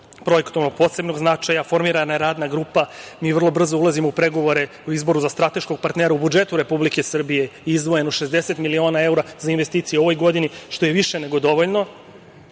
projektom od posebnog značaja. Formirana je radna grupa. Mi vrlo brzo ulazimo u pregovore o izboru za strateškog partnera. U budžetu Republike Srbije izdvojeno je 60 miliona evra za investicije u ovoj godini, što je i više nego dovoljno. Ono